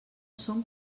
són